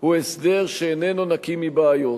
הוא הסדר שאיננו נקי מבעיות.